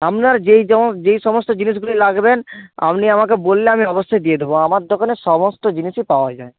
আপনার যেই যঁ যেমন যেই সমস্ত জিনিসগুলি লাগবেন আপনি আমাকে বললে আমি অবশ্যই দিয়ে দেব আমার দোকানে সমস্ত জিনিসই পাওয়া যায়